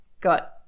got